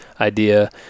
idea